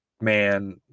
man